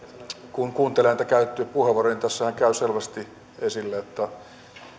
kun kuuntelee näitä käytettyjä puheenvuoroja niin tässähän käy selvästi esille